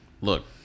Look